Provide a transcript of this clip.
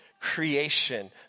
creation